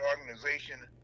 organization